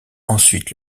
ensuite